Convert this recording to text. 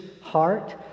heart